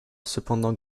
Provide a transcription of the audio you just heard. cependant